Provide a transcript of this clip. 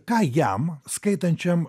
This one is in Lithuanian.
ką jam skaitančiam